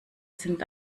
sind